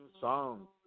song